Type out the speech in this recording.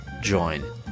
join